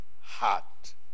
heart